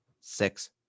Six